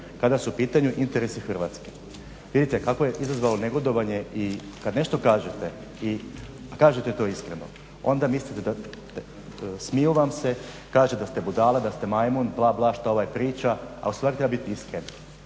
kada su u pitanju interesi Hrvatske. Vidite kako je izazvalo negodovanje. I kad nešto kažete i kažete to iskreno onda mislite da, smiju vam se, kažu da ste budala, da ste majmun, bla, bla šta ovaj priča, a u stvari treba biti iskren.